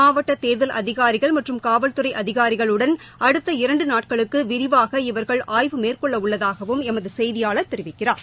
மாவட்ட தேர்தல் அதிகாரிகள் மற்றும் காவல்துறை அதிகாரிகளுடன் அடுத்த இரண்டு நாட்களுக்கு விரிவாக இவர்கள் ஆய்வு மேற்கொள்ள உள்ளதாகவும் எமது செய்தியாளர் தெரிவிக்கிறார்